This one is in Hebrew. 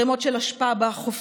של ערימות של אשפה בחופים,